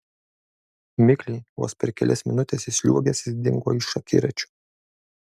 mikliai vos per kelias minutes įsliuogęs jis dingo iš akiračio